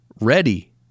ready